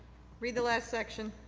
read the last section.